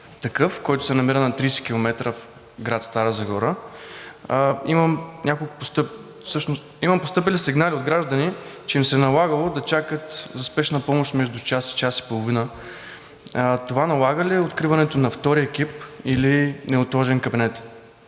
който се намира на 30 км, в град Стара Загора. Имам постъпили сигнали от граждани, че им се е налагало да чакат за спешна помощ между час и час и половина. Това налага ли откриването на втори екип или неотложен кабинет?